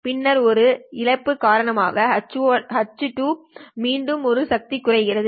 பின்னர் ஒரு இழப்பு காரணிH2 ன் காரணமாக மீண்டும் சக்தி குறைகிறது